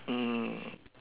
mm